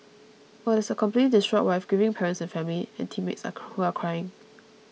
while there is a completely distraught wife grieving parents and family and teammates who are crying